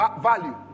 value